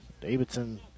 Davidson